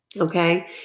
Okay